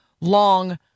long